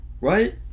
right